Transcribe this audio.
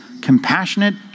compassionate